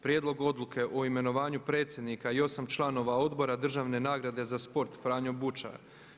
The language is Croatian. Prijedlog Odluke o imenovanju predsjednika i osam članova Odbora državne nagrade za sport „Franjo Bučar“